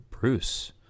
Bruce